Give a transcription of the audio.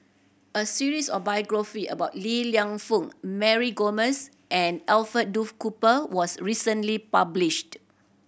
a series of biographie about Li Lienfung Mary Gomes and Alfred Duff Cooper was recently published